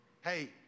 hey